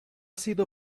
sido